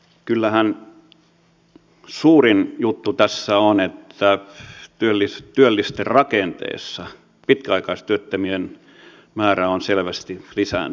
ensinnäkin kyllähän suurin juttu tässä on että työllisten rakenteessa pitkäaikaistyöttömien määrä on selvästi lisääntynyt